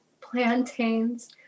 plantains